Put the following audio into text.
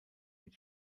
mit